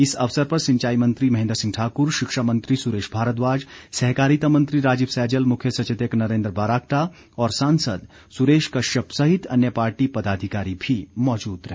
इस अवसर पर सिंचाई मंत्री महेन्द्र सिंह ठाक्र शिक्षा मंत्री सुरेश भारद्वाज सहकारिता मंत्री राजीव सैजल मुख्य सचेतक नरेन्द्र बरागटा और सांसद सुरेश कश्यप सहित अन्य पार्टी पदाधिकारी भी मौजूद रहे